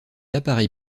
appareil